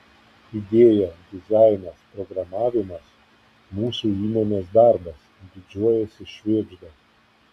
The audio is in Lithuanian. idėja dizainas programavimas mūsų įmonės darbas didžiuojasi švėgžda